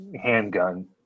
handgun